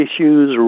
issues